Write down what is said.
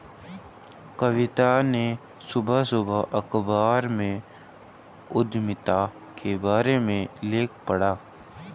कविता ने सुबह सुबह अखबार में उधमिता के बारे में लेख पढ़ा